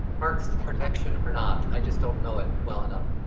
marks to protection or not. i just don't know it. well enough.